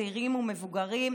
צעירים ומבוגרים,